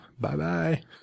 Bye-bye